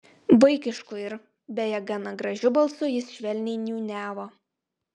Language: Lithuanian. vaikišku ir beje gana gražiu balsu jis švelniai niūniavo